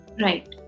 right